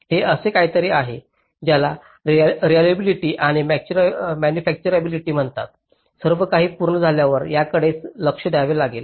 हे असे काहीतरी आहे ज्याला रेलिएबिलिटी आणि मॅनुफॅचतुराबीलीटी म्हणतात सर्वकाही पूर्ण झाल्यानंतर याकडे लक्ष द्यावे लागेल